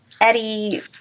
Eddie